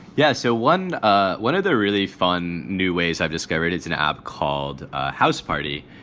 yeah. so one ah one of the really fun new ways i've discovered is an app called house party.